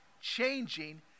changing